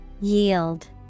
Yield